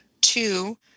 two